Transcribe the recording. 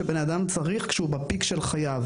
שבן אדם צריך כשהוא בפיק של חיי,